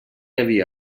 havia